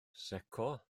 secco